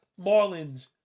Marlins